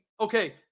okay